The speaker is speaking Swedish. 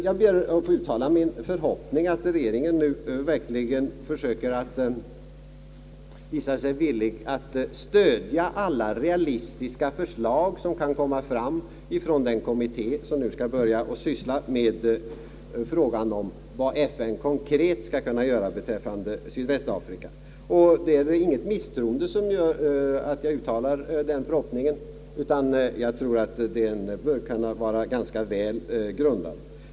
Jag ber att få uttala min förhoppning om att regeringen verkligen visar sig villig att stödja alla realistiska förslag, som kan komma fram från den kommitté, som nu skall börja syssla med frågan om vad FN konkret skall kunna göra beträffande Sydvästafrika. Det är inget misstroende som gör att jag uttalar den förhoppningen, utan jag tror att den skulle kunna vara ganska välgrundad.